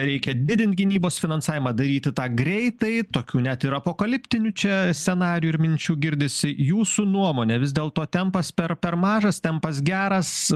reikia didint gynybos finansavimą daryti tą greitai tokių net ir apokaliptinių čia scenarijų ir minčių girdisi jūsų nuomone vis dėlto tempas per per mažas tempas geras